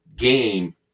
Game